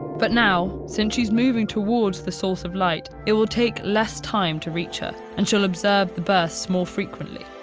but now, since she's moving towards the source of the light, it will take less time to reach her, and she'll observe the bursts more frequently.